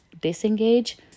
disengage